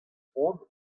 cʼhoant